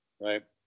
right